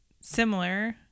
similar